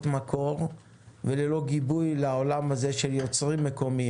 מקור וללא גיבוי לעולם הזה של יוצרים מקומיים.